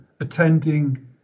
attending